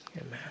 Amen